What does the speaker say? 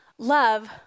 Love